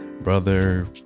brother